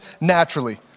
naturally